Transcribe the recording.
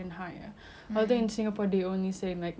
numbers are going down and stuff like that but